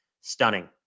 stunning